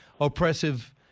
oppressive